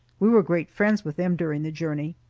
we were great friends with them during the journey.